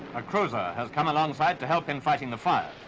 a cruiser has come alongside to help in fighting the fire.